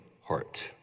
heart